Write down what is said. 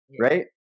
right